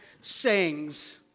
sayings